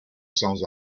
sans